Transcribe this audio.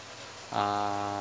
uh